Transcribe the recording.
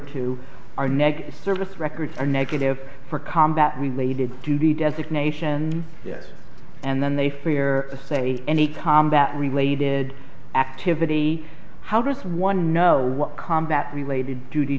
are negative service records are negative for combat related to the designation yes and then they fear to say any combat related activity how does one know combat related duty